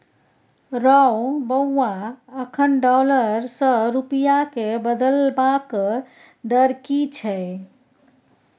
रौ बौआ अखन डॉलर सँ रूपिया केँ बदलबाक दर की छै?